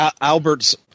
Albert's